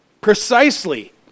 Precisely